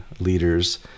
leaders